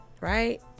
Right